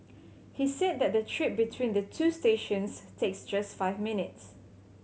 he said that the trip between the two stations takes just five minutes